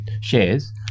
shares